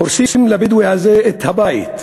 הורסים לבדואי הזה את הבית,